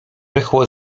rychło